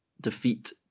defeat